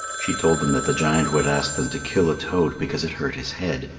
she told them that the giant would ask them to kill a toad because it hurt his head,